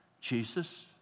Jesus